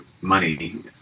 money